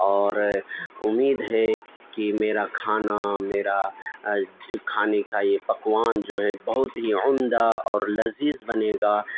اور امید ہے کہ میرا کھانا میرا کھانے کا یہ پکوان جو ہے بہت ہی عمدہ اور لذیذ بنے گا